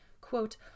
Quote